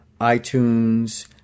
iTunes